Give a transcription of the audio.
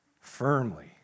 firmly